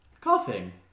Coughing